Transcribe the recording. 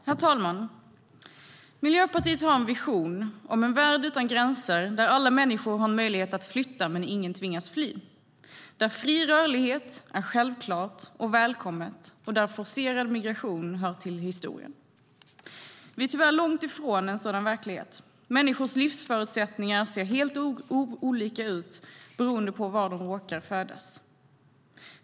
Herr talman! Miljöpartiet har en vision om en värld utan gränser där alla människor har en möjlighet att flytta men ingen tvingas fly, där fri rörlighet är självklart och välkommet och där forcerad migration hör till historien. Vi är tyvärr långt ifrån en sådan verklighet. Människors livsförutsättningar ser helt olika ut beroende på var de råkar vara födda.